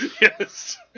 Yes